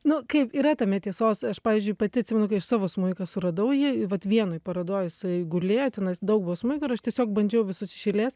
nu kaip yra tame tiesos aš pavyzdžiui pati atsimenu kai aš savo smuiką suradau jį vat vienoj parodoj jisai gulėjo tenais daug buvo smuikų ir aš tiesiog bandžiau visus iš eilės